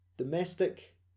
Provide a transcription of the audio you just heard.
domestic